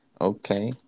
Okay